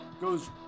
goes